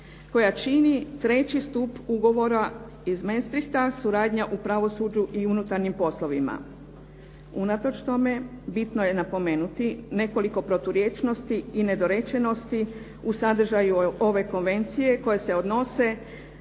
koja čini treći stup ugovora iz Menstrihta suradnja u pravosuđu i u unutarnjim poslovima. Unatoč tome, bitno je napomenuti nekoliko proturječnosti i nedorečenosti u sadržaju ove konvencije koje se odnose